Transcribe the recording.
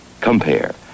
Compare